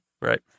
Right